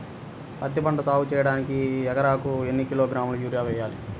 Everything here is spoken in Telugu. పత్తిపంట సాగు చేయడానికి ఎకరాలకు ఎన్ని కిలోగ్రాముల యూరియా వేయాలి?